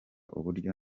uburyo